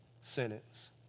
sentence